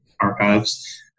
archives